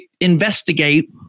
investigate